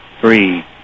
three